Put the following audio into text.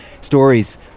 Stories